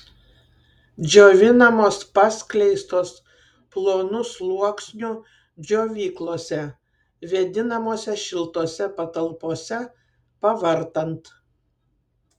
džiovinamos paskleistos plonu sluoksniu džiovyklose vėdinamose šiltose patalpose pavartant